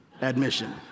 admission